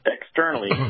externally